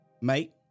mate